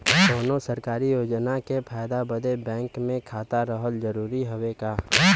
कौनो सरकारी योजना के फायदा बदे बैंक मे खाता रहल जरूरी हवे का?